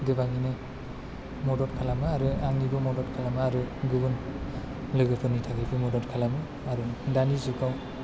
गोबाङैनो मदद खालामो आरो आंनिबो मदद खालामो आरै गुबुन लोगोफोरनि थाखाइबो मदद खालामो आरो दानि जुगाव